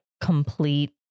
complete